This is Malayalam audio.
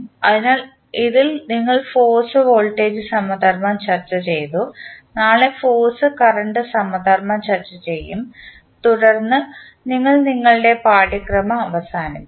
അതിനാൽ ഇതിൽ നിങ്ങൾഫോഴ്സ് വോൾട്ടേജ് സമധർമ്മം ചർച്ചചെയ്തു നാളെ ഫോഴ്സ് കറന്റ് സമധർമ്മം ചർച്ചചെയ്യും തുടർന്ന് നിങ്ങൾ നിങ്ങളുടെ പാഠ്യക്രമം അവസാനിപ്പിക്കും